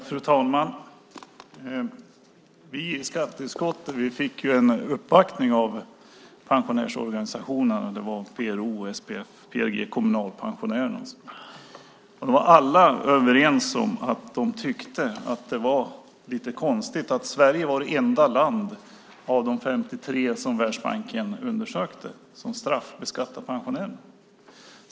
Fru talman! Vi i skatteutskottet blev uppvaktade av pensionärsorganisationerna. Det var PRO, SPF, RPG, Kommunalpensionärerna med flera, och alla var överens om att det var lite konstigt att Sverige var det enda av de 53 länder som Världsbanken undersökte som straffbeskattade pensionärerna.